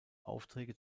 aufträge